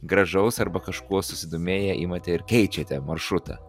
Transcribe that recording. gražaus arba kažkuo susidomėję imate ir keičiate maršrutą